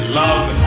love